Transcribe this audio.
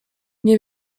nie